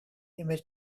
image